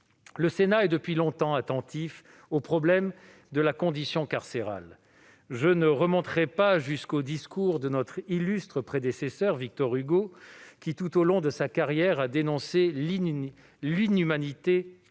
Le Sénat est depuis longtemps attentif au problème de la condition carcérale. Je ne remonterai pas jusqu'aux discours de notre illustre prédécesseur Victor Hugo, qui, tout au long de sa carrière, a dénoncé l'inhumanité des